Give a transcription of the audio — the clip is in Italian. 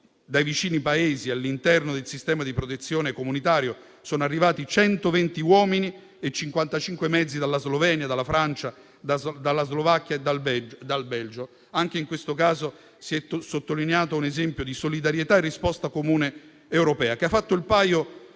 dai vicini Paesi all'interno del sistema di protezione comunitario sono arrivati 120 uomini e 55 mezzi dalla Slovenia, dalla Francia, dalla Slovacchia e dal Belgio), è accaduto che si è sottolineato un esempio di solidarietà e risposta comune europea, che ha fatto il paio